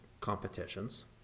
competitions